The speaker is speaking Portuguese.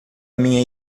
minha